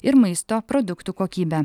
ir maisto produktų kokybę